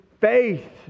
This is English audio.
faith